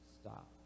stop